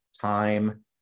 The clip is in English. Time